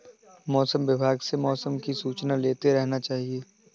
मौसम विभाग से मौसम की सूचना लेते रहना चाहिये?